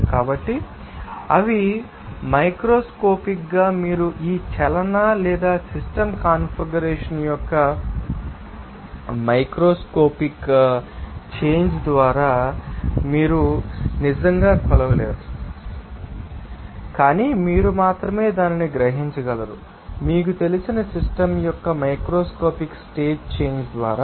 కాబట్టి అవి మైక్రోస్కోపిక్ గా మీరు ఈ చలన లేదా సిస్టమ్ కాన్ఫిగరేషన్ యొక్క ఈ మైక్రోస్కోపిక్ చేంజ్ కారణంగా ఎంట్రోపీ యొక్క చేంజ్ ఉంటుందని మీరు చూస్తారు మరియు ఆ మైక్రోస్కోపిక్ చేంజ్ ద్వారా మీరు నిజంగా కొలవలేరు కానీ మీరు మాత్రమే దానిని గ్రహించగలరు మీకు తెలిసిన సిస్టమ్ యొక్క మైక్రోస్కోపిక్ స్టేట్ చేంజ్ ద్వారా